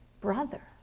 brother